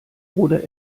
oder